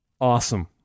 Awesome